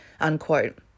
unquote